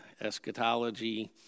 eschatology